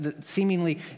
seemingly